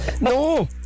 No